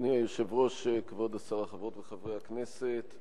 אדוני היושב-ראש, כבוד השרה, חברות וחברי הכנסת,